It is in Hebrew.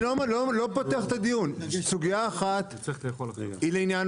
סוגיה אחת היא לעניין